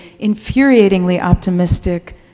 infuriatingly-optimistic